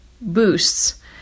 boosts